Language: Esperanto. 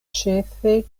ĉefe